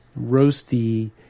roasty